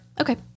okay